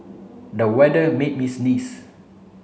the weather made me sneeze